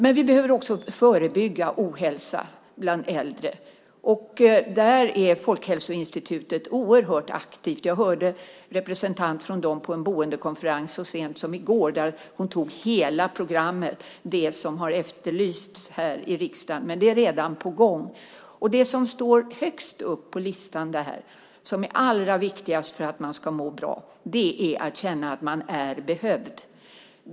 Men vi behöver också förebygga ohälsa bland äldre. Där är Folkhälsoinstitutet oerhört aktivt. Jag hörde en representant från dem på en boendekonferens så sent som i går. Hon tog hela programmet, det som har efterlysts här i riksdagen. Men det är redan på gång. Det som står högst upp på listan där och som är allra viktigast för att man ska må bra är att känna att man är behövd.